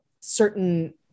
certain